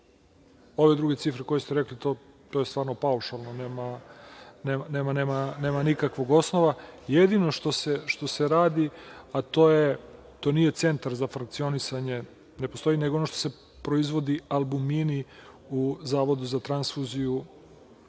Ove druge cifre koje ste rekli, to je stvarno paušalno, nema nikakvog osnova. Jedino što se radi, a to nije centar za frakcionisanje, ne postoji, nego ono što se proizvodi albumini u Zavodu za transfuziju